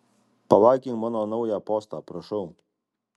palaikink mano naują postą prašau